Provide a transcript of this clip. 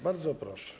Bardzo proszę.